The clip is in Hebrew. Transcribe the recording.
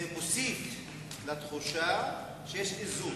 זה מוסיף לתחושה שיש איזון.